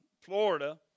Florida